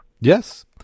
Yes